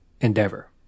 Endeavor